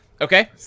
Okay